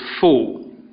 fall